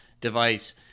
device